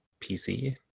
PC